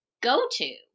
go-to